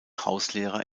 hauslehrer